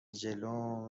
جلو